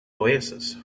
oasis